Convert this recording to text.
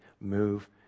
move